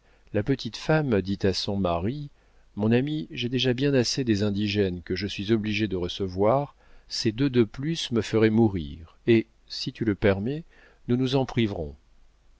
la petite femme dit à son mari mon ami j'ai déjà bien assez des indigènes que je suis obligée de recevoir ces deux de plus me feraient mourir et si tu le permets nous nous en priverons